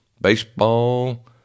baseball